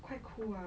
quite cool lah